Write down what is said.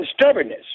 stubbornness